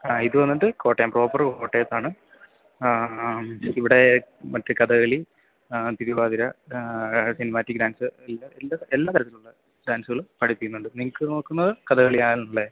ആഹ് ഇത് വന്നിട്ട് കോട്ടയം പ്രോപ്പറ് കോട്ടയത്താണ് ഇവിടെ മറ്റേ കഥകളി തിരുവാതിര സിനിമാറ്റിക് ഡാന്സ് എല്ലാ എല്ലാ തരത്തിലുള്ള ഡാന്സ്കള് പഠിപ്പിക്കുന്നുണ്ട് നിങ്ങൾക്ക് നോക്കുന്നത് കഥകളിയാണല്ലേ